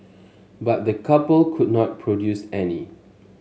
but the couple could not produce any